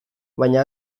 baina